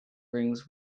rings